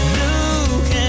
look